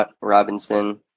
Robinson